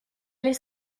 aller